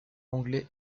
anglais